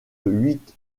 huit